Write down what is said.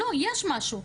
לא, יש משהו.